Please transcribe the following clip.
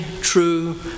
true